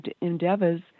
endeavors